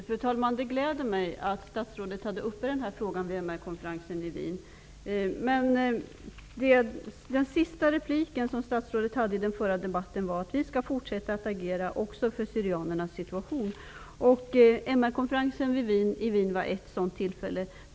Fru talman! Det gläder mig att statsrådet tog upp den här frågan vid MR-konferensen i Wien. Men det sista som statsrådet sade i den förra debatten var: ''vi skall fortsätta att agera också för syrianernas situation.'' MR-konferensen i Wien var ett sådant tillfälle.